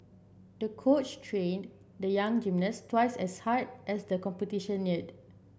the coach trained the young gymnast twice as hard as the competition neared